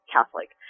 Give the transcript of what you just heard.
Catholic